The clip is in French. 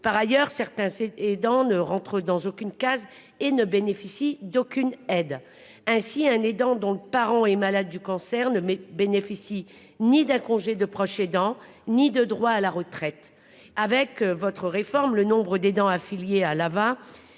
Par ailleurs, certains aidants n'entrent dans aucune case et ne bénéficient d'aucune aide. Ainsi, un aidant dont le parent est malade du cancer ne bénéficie ni d'un congé de proche aidant ni de droits à la retraite. Avec votre réforme, le nombre d'aidants affiliés à l'AVA